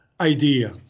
idea